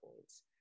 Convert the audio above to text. points